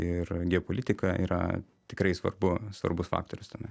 ir geopolitika yra tikrai svarbu svarbus faktorius tame